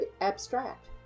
abstract